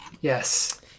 Yes